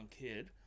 kid